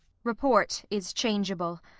report is changeable.